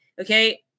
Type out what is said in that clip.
Okay